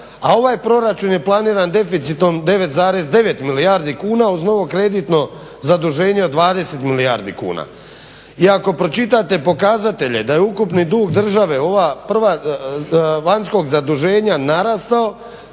a ovaj proračun je planiran deficitom 9,9 milijardi kuna uz novo kreditno zaduženje od 20 milijardi kuna. I ako pročitate pokazatelje da je ukupni dug države ova prva vanjskog zaduženja narastao